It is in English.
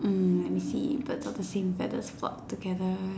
mm I see birds of the same feathers flock together